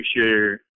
sure